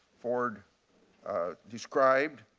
ford described.